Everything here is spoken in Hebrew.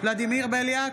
ולדימיר בליאק,